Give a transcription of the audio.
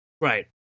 right